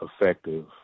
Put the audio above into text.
effective